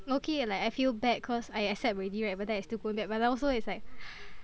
I'm okay like I feel bad cause I accept already right but then I still going back but I also is like